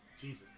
Jesus